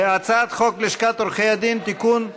הצעת חוק לשכת עורכי הדין (תיקון,